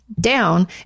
down